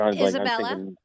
Isabella